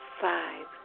five